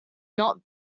not